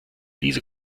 diese